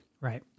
Right